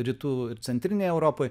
rytų ir centrinėj europoj